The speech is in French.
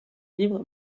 libre